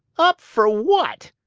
up for what?